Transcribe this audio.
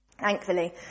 Thankfully